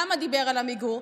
למה דיבר על עמיגור?